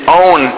own